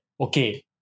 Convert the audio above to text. okay